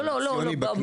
לא, לא, במהות.